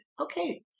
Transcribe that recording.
okay